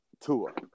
tour